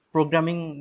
Programming